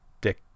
dick